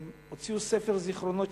הם הוציאו ספר זיכרונות,